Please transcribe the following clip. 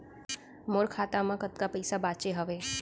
मोर खाता मा कतका पइसा बांचे हवय?